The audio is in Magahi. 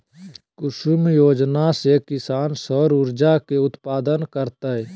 कुसुम योजना से किसान सौर ऊर्जा के उत्पादन करतय